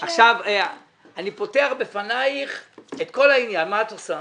אני פותח בפניך את כל העניין, מה את עושה?